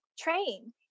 Train